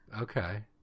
Okay